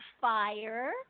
fire